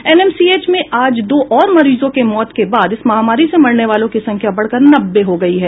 NMCH में आज दो और मरीजों की मौत के बाद इस महामारी से मरने वालों की संख्या बढ़कर नब्बे हो गयी है